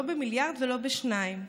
לא במיליארד או שניים.